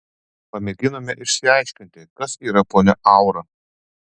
pamėginome išsiaiškinti kas yra ponia aura